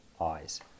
eyes